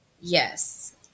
Yes